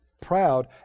proud